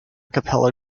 capella